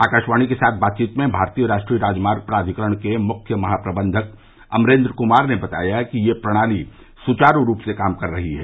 आकाशवाणी के साथ बातचीत में भारतीय राष्ट्रीय राजमार्ग प्राधिकरण के मुख्य महाप्रबंधक अमरेन्द्र कुमार ने बताया कि ये प्रणाली सुचारू रूप से काम कर रही है